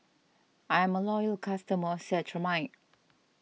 I'm a loyal customer of Cetrimide